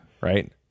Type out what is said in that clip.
right